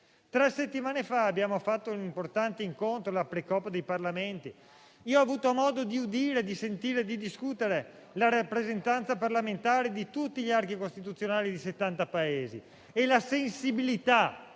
Tre settimane fa abbiamo avuto un importante incontro alla pre-COP26 dei Parlamenti e ho avuto modo di sentire discutere le rappresentanze parlamentari di tutti gli archi costituzionali di 70 Paesi: la sensibilità